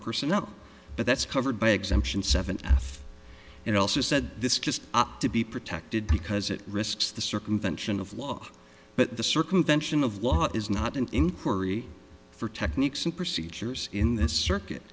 personnel but that's covered by exemption seven and also said this just to be protected because it risks the circumvention of law but the circumvention of law is not an inquiry for techniques and procedures in the circuit